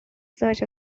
search